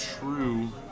true